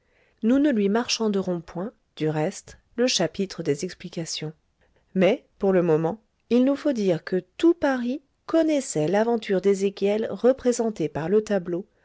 nous ne lui marchanderons point du reste le chapitre des explications mais pour le moment il nous faut dire que tout paris connaissait l'aventure d'ezéchiel représentée par le tableau